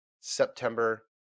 September